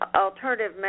alternative